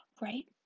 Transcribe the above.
Right